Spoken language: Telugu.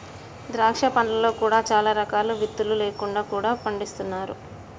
ద్రాక్ష పండ్లలో కూడా చాలా రకాలు విత్తులు లేకుండా కూడా పండిస్తున్నారు